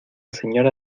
señora